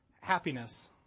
happiness